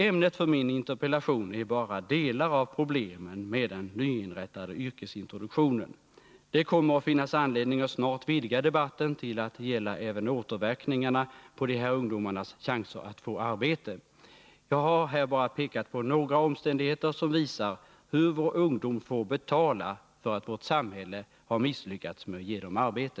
Ämnet för min interpellation är bara delar av problemen med den nyinrättade yrkesintroduktionen. Det kommer att finnas anledning att snart vidga debatten till att gälla även återverkningarna på de här ungdomarnas chanser att få arbete. Jag har här bara pekat på några omständigheter som visar hur våra ungdomar får betala för att vårt samhälle har misslyckats med att ge dem arbete.